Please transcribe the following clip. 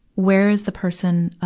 where's the person, um,